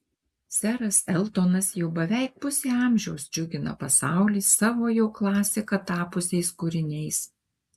seras eltonas jau beveik pusę amžiaus džiugina pasaulį savo jau klasika tapusiais kūriniais